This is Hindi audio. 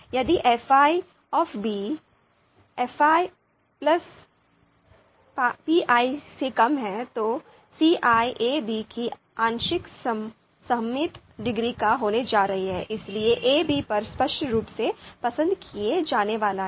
यदि fi fi qi से कम है तो सीआईab की आंशिक सहमति डिग्री एक होने जा रही है इसलिए 'ए ' बी 'पर स्पष्ट रूप से पसंद किया जाने वाला है